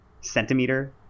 centimeter